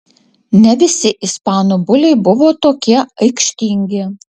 ne visi ispanų buliai buvo tokie aikštingi